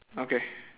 okay